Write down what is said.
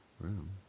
room